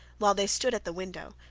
while they stood at the window,